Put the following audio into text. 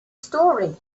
story